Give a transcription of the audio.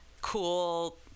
cool